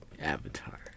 Avatar